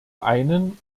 einen